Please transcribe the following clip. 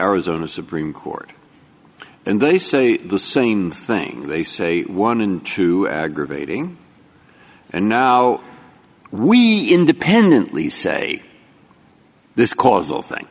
arizona supreme court and they say the same thing they say one in two aggravating and now we independently say this causal thing